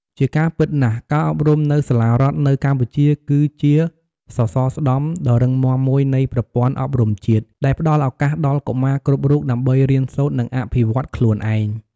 ជាការពិតណាស់ ការអប់រំនៅសាលារដ្ឋនៅកម្ពុជាគឺជា សសរស្តម្ភដ៏រឹងមាំមួយនៃប្រព័ន្ធអប់រំជាតិ ដែលផ្តល់ឱកាសដល់កុមារគ្រប់រូបដើម្បីរៀនសូត្រ និងអភិវឌ្ឍខ្លួនឯង។